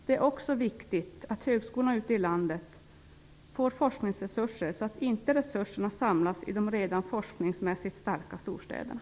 Det är också viktigt att högskolorna ute i landet får forskningsresurser, så att inte resurserna samlas i de forskningsmässigt redan starka storstäderna.